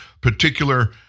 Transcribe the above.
particular